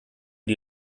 die